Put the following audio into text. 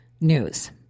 news